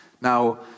Now